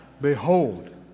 behold